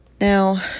Now